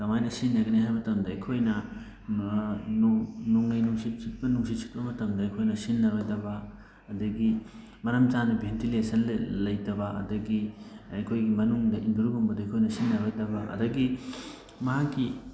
ꯀꯃꯥꯏꯅ ꯁꯤꯖꯤꯟꯅꯒꯅꯤ ꯍꯥꯏꯕ ꯃꯇꯝꯗ ꯑꯩꯈꯣꯏꯅ ꯅꯣꯡ ꯅꯣꯡꯂꯩ ꯅꯨꯡꯁꯤꯠ ꯁꯤꯠꯄ ꯅꯨꯡꯁꯤꯠ ꯁꯤꯠꯄ ꯃꯇꯝꯗ ꯑꯩꯈꯣꯏꯅ ꯁꯤꯖꯤꯟꯅꯔꯣꯏꯗꯕ ꯑꯗꯒꯤ ꯃꯔꯝ ꯆꯥꯅ ꯚꯦꯟꯇꯤꯂꯦꯁꯟ ꯂꯩꯇꯕ ꯑꯗꯒꯤ ꯑꯩꯈꯣꯏꯒꯤ ꯃꯅꯨꯡꯗ ꯏꯟꯗꯣꯔꯒꯨꯝꯕꯗ ꯑꯩꯈꯣꯏꯅ ꯁꯤꯖꯤꯟꯅꯔꯣꯏꯗꯕ ꯑꯗꯒꯤ ꯃꯥꯒꯤ